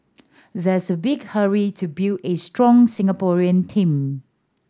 there's a big hurry to build a strong Singaporean team